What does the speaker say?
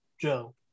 Joe